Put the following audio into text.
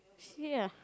see ah